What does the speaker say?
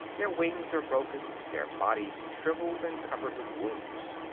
their wings are broken, their bodies shriveled and covered with wounds.